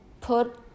put